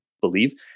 believe